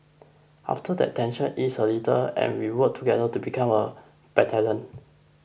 after that tensions ease a little and we work together to become a battalion